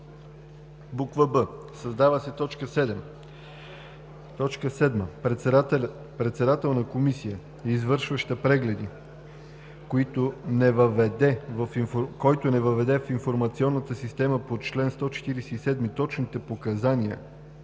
б) създава се т. 7: „7. председател на комисия, извършваща прегледи, който не въведе в информационната система по чл. 147 точните показания